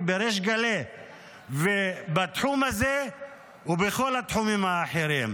בריש גלי בתחום הזה ובכל התחומים האחרים.